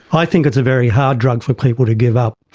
i think it is a very hard drug for people to give up.